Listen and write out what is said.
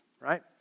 right